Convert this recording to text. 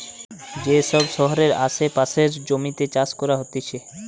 যে সব শহরের আসে পাশের জমিতে চাষ করা হতিছে